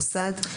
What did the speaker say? מוסד?